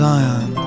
Zion